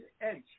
edge